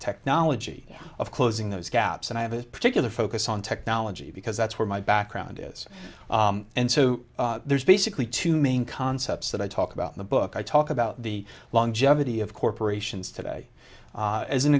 technology of closing those gaps and i have a particular focus on technology because that's where my background is and so there's basically two main concepts that i talk about the book i talk about the longevity of corporations today as an